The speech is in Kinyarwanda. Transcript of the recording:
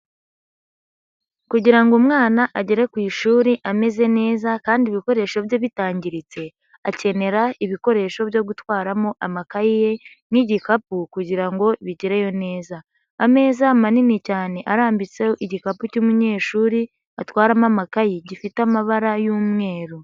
Kugira ngo umwana agere ku ishuri ameze neza kandi ibikoresho bye bitangiritse, akenera ibikoresho byo gutwaramo amakayi ye nk'igikapu kugira ngo bigereyo neza. Ameza manini cyane, arambitseho igikapu cy'umunyeshuri, atwaramo amakayi, gifite amabara y'umweru.